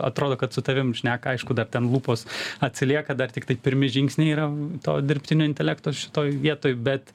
atrodo kad su tavim šneka aišku dar ten lūpos atsilieka dar tiktai pirmi žingsniai yra to dirbtinio intelekto šitoj vietoj bet